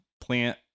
Plant